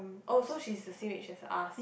oh so she's the same age as us